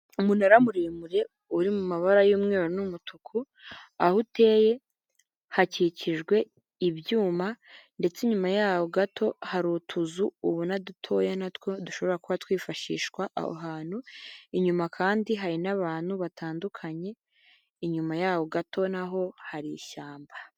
Umunara muremure uri mu mabara y'umweru n'umutuku aho uteye hakikijwe ibyuma ndetse nyuma yaho gato hari utuzu ubona dutoya natwo dushobora kuba twifashishwa aho hantu, inyuma kandi hari n'abantu batandukanye inyuma yaho gato naho hari ishyamba.